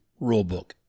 rulebook